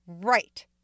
Right